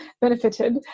benefited